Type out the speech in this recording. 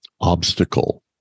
obstacle